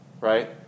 right